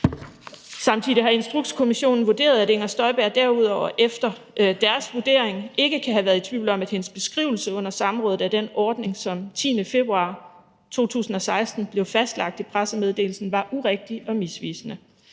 Samtidig har Instrukskommissionen vurderet, at Inger Støjberg derudover efter deres vurdering ikke kan have været i tvivl om, at hendes beskrivelse under samrådet af den ordning, som den 10. februar 2016 blev fastlagt i pressemeddelelsen, var urigtig og misvisende.